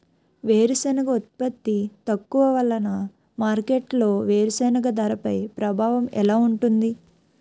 వేరుసెనగ ఉత్పత్తి తక్కువ వలన మార్కెట్లో వేరుసెనగ ధరపై ప్రభావం ఎలా ఉంటుంది?